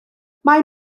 mae